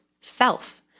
self